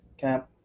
camp